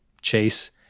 chase